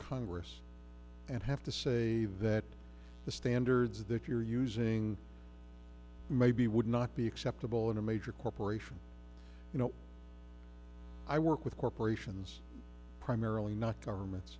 congress and have to say that the standards that you're using maybe would not be acceptable in a major corporation you know i work with corporations primarily not governments